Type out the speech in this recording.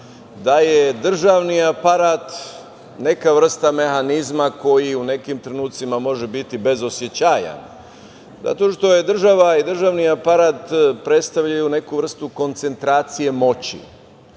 da je državni aparat neka vrsta mehanizma koji u nekim trenucima može biti bezosećajan. Zato što država i državni aparat predstavljaju neku vrstu koncentracije moći.